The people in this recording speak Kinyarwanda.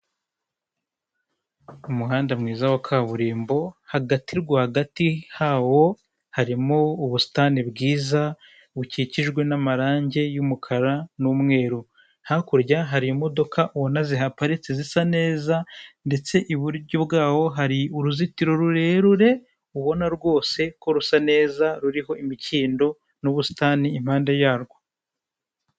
Umuhanda mwiza wa kaburimbo hagati rwagati hawo harimo ubusitani bwiza bukikijwe n'amarangi y'umukara n'umweru, hakurya hari imodoka ubona zihaparitse zisa neza ndetse iburyo bwawo hari uruzitiro rurerure ubona rwose ko rusa neza ruriho imikindo n'ubusitani impande yarwo.